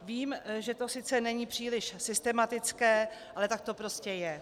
Vím, že to sice není příliš systematické, ale tak to prostě je.